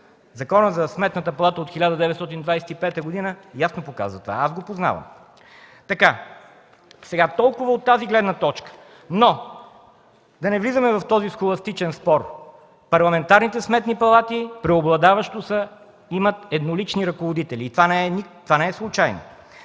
Законът за Сметната палата от 1925 г. ясно показва това, аз го познавам. Толкова от тази гледна точка. Но да не влизаме в този схоластичен спор. Парламентарните сметни палати преобладаващо имат еднолични ръководители и това не е случайно.